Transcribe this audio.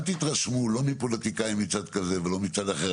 אל תתרשמו לא מפוליטיקאי מצד כזה ולא מצד אחר,